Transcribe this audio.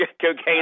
Cocaine